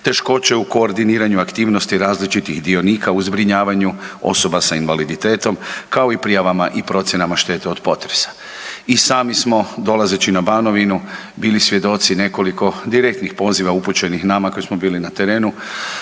teškoće u koordiniranju aktivnosti različitih dionika u zbrinjavanju osoba s invaliditetom kao i prijavama i procjenama šteta od potresa. I sami smo dolazeći na Banovinu bili svjedoci nekoliko direktnih poziva upućenih nama koji smo bili na terenu